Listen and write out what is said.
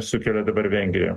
sukelia dabar vengrija